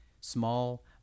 small